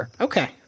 Okay